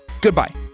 goodbye